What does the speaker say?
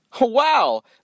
Wow